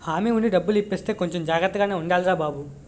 హామీ ఉండి డబ్బులు ఇప్పిస్తే కొంచెం జాగ్రత్తగానే ఉండాలిరా బాబూ